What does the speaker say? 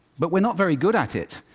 but we're not very good at it.